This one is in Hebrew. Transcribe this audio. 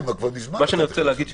מה שאני רוצה להגיד,